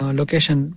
location